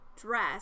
dress